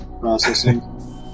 Processing